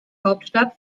hauptstadt